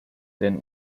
then